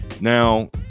Now